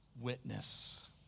witness